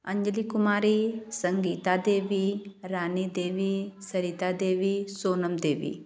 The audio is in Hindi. अंजली कुमारी संगीता देवी रानी देवी सरिता देवी सोनम देवी